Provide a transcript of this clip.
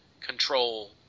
control